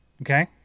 Okay